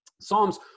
Psalms